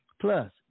Plus